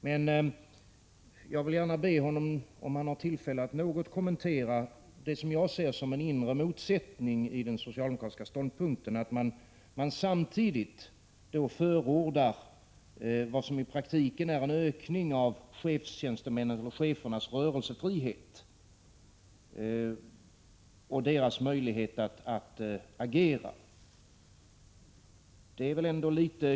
Men jag vill gärna be honom att om han har tillfälle något kommentera det som jag ser som en inre motsättning i den socialdemokratiskaståndpunkten, nämligen att man samtidigt förordar vad som i praktiken är en ökning av chefstjänstemännens eller chefernas rörelsefrihet och deras möjlighet att agera.